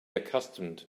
accustomed